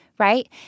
Right